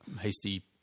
hasty